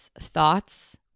thoughts